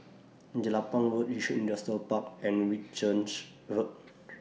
Jelapang Road Yishun Industrial Park and Whitchurch Road